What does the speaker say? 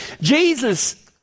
Jesus